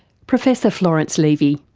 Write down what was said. professor florence levy.